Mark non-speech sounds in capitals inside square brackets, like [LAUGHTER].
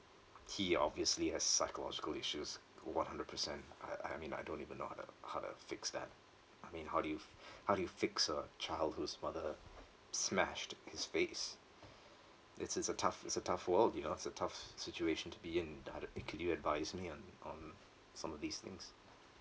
he obviously has psychological issues to one hundred percent I I mean I don't even know how to how to fix that I mean how do you f~ [BREATH] how do you fix a child whose mother smashed his face it's it's a tough it's a tough world you know it's a tough situation to be in other it could you advise me on on some of these things